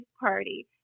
party